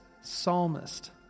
psalmist